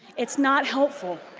it's not helpful.